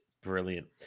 brilliant